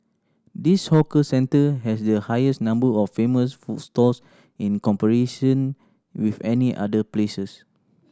this hawker centre has the highest number of famous food stalls in with any other places